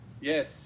Yes